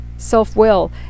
self-will